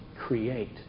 create